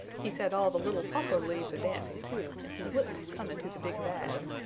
he set all the little poplar leaves a dancing, too, and he wouldn't come into the big bag.